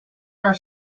our